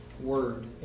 word